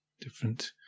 different